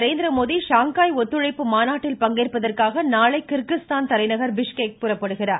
Narendra Modi Shanghai ஒத்துழைப்பு மாநாட்டில் பங்கேற்பதற்காக நாளை கிர்கிஸ்தான் தலைநகர் பிஸ்கெக் புறப்படுகிறார்